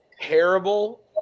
terrible